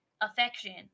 affection